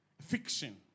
fiction